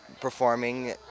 performing